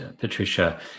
Patricia